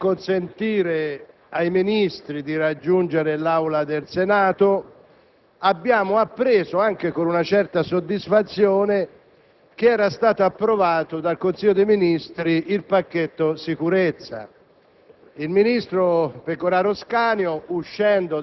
intervenendo ripetutamente per consentire ai Ministri di raggiungere l'Aula del Senato), abbiamo appreso, anche con una certa soddisfazione, che era stato approvato dal Consiglio dei ministri il pacchetto sicurezza.